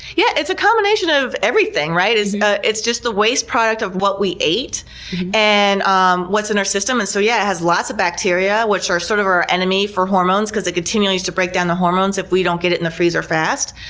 yeah, it's a combination of everything, right? it's it's just the waste product of what we ate and um what's in our system. and so yeah, it has lots of bacteria, which are sort of our enemy for hormones because it continues to break down the hormones if we don't get it in the freezer fast.